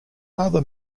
other